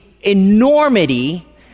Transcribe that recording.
enormity